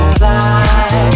fly